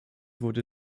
wurde